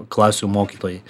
klasių mokytojai